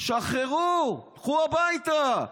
שחררו, לכו הביתה.